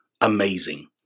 amazing